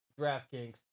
DraftKings